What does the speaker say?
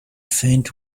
faint